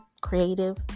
creative